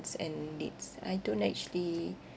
and needs I don't actually